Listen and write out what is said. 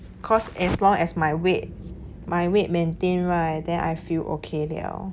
cause as long as my weight my weight maintain right then I feel ok liao